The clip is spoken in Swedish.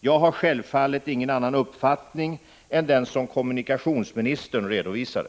Jag har självfallet ingen annan uppfattning än den som kommunikationsministern redovisade.